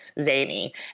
zany